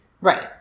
Right